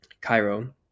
Cairo